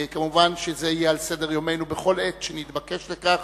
כמובן, זה יהיה על סדר-יומנו בכל עת שנתבקש לכך.